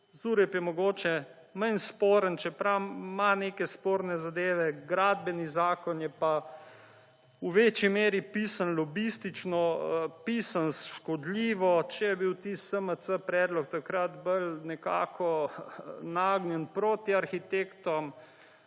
ZUREP je mogoče manj sporen, čeprav ima neke sporne zadeve, gradbeni zakon je pa v večji meri pisan lobistično, pisan škodljivo. Če je bil tisti SMC predlog takrat bolj nekako nagnjen proti arhitektom,